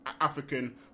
African